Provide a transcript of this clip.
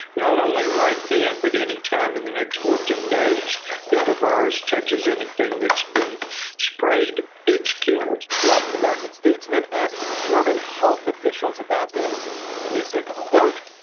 not only right then, but any time in the next fourteen days that the virus touches anything that's been sprayed, it's killed the austin american statesman asked german health officials about this and they said, quote,